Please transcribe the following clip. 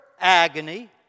agony